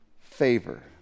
favor